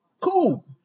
Cool